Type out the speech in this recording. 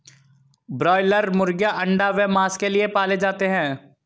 broiler मुर्गीयां अंडा व मांस के लिए पाले जाते हैं